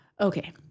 Okay